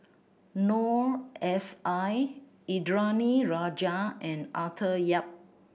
Noor S I Indranee Rajah and Arthur Yap